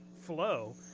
flow